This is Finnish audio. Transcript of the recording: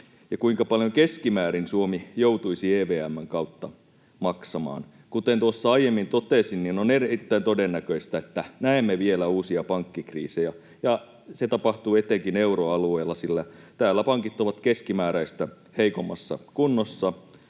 kuinka paljon Suomi joutuisi EVM:n kautta maksamaan. Kuten tuossa aiemmin totesin, niin on erittäin todennäköistä, että näemme vielä uusia pankkikriisejä, ja se tapahtuu etenkin euroalueella, sillä täällä pankit ovat keskimääräistä heikommassa kunnossa